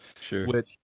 Sure